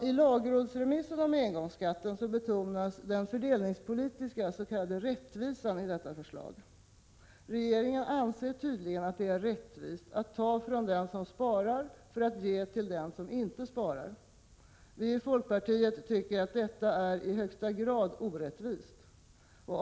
I lagrådsremissen om engångsskatten betonas den fördelningspolitiska s.k. rättvisan i detta förslag. Regeringen anser tydligen att det är rättvist att ta från den som sparar för att ge till den som inte sparar. Vi i folkpartiet tycker att detta är i högsta grad orättvist.